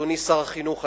אדוני שר החינוך,